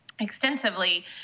extensively